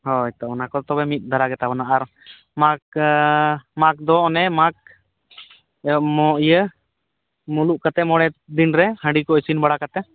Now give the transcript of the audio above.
ᱦᱳᱭ ᱛᱚ ᱚᱱᱟᱠ ᱛᱚᱵᱮ ᱢᱤᱫ ᱫᱷᱟᱨᱟ ᱜᱮᱛᱟᱵᱚᱱᱟ ᱟᱨ ᱢᱟᱜᱽ ᱢᱟᱜᱽᱫᱚ ᱚᱱᱮ ᱢᱟᱜᱽ ᱤᱭᱟᱹ ᱢᱩᱞᱩᱜ ᱠᱟᱛᱮᱫ ᱢᱚᱬᱮᱫᱤᱱᱨᱮ ᱦᱟᱺᱰᱤᱠᱚ ᱤᱥᱤᱱ ᱵᱟᱲᱟ ᱠᱟᱛᱮᱫ